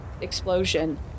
explosion